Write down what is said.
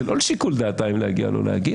זה לא לשיקול דעתם אם להגיע או לא להגיע.